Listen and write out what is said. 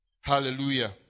Hallelujah